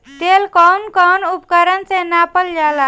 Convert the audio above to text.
तेल कउन कउन उपकरण से नापल जाला?